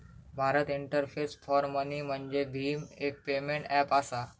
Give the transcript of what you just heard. Bharat interface for money म्हणजेच भीम, एक पेमेंट ऐप असा